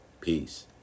Peace